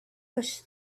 pushed